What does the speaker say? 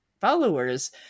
followers